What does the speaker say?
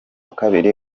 kabiri